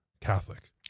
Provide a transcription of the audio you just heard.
Catholic